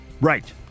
Right